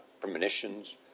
premonitions